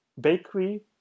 bakery